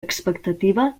expectativa